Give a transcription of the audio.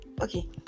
okay